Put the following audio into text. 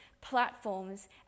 platforms